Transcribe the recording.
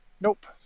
Nope